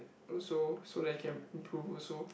so so that he can improve also